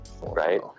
right